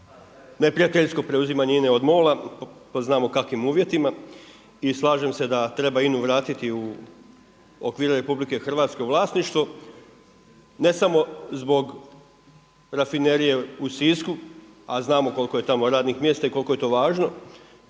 neprijateljsko preuzimanje INA-e od MOL-a po znamo kakvim uvjetima i slažem se da treba INA-u vratiti u okvire RH u vlasništvo ne samo zbog Rafinerije u Sisku, a znamo koliko je tamo radnih mjesta i koliko je to važno